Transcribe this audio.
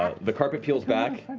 the carpet peels back,